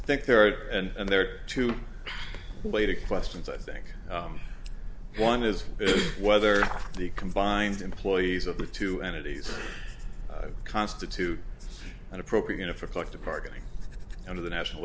i think there and there are two way to questions i think one is whether the combined employees of the two entities constitute an appropriate for collective bargaining under the national